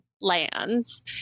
lands